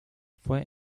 fue